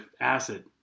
acid